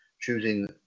choosing